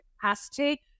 capacity